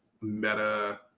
meta